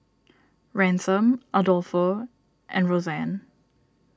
Ransom Adolfo and Rosanne